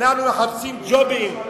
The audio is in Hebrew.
ואנחנו מחפשים ג'ובים?